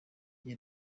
iyo